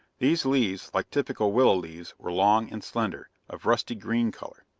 these leaves, like typical willow leaves, were long and slender, of rusty green color.